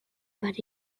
but